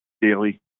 Daily